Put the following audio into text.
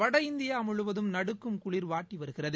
வடஇந்தியாமுழுவதும் நடுக்கும் குளிர் வாட்டிவருகிறது